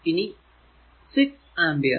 ഇനി ഈ 6 ആമ്പിയർ